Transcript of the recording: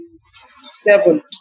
Seven